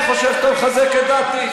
אני חושב שאתה מחזק את דעתי,